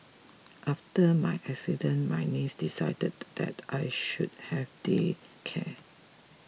after my accident my niece decided that I should have day care